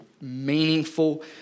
meaningful